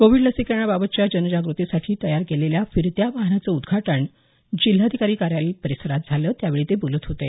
Covid लसीकरणाबाबतच्या जनजागृतीसाठी तयार केलेल्या फिरत्या वाहनाचं उद्घाटन जिल्हाधिकारी कार्यालय परिसरात झालं त्यावेळी ते बोलत होते